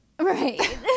Right